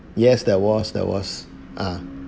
yes that was that was ah